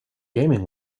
gaming